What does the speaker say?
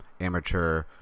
amateur